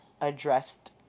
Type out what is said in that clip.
addressed